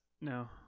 no